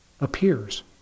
appears